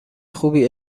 خوبی